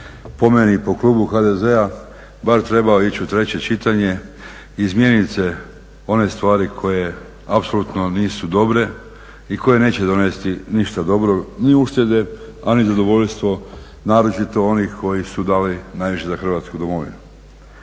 po meni po klubu HDZ-a bar trebao ići u treće čitanje, izmijenit se one stvari koje apsolutno nisu dobre i koje neće donesti ništa dobro, ni uštede, a ni zadovoljstvo naročito onih koji su dali najviše za Hrvatsku domovinu.